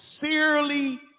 sincerely